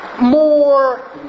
more